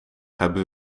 hebben